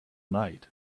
night